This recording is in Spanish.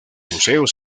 museos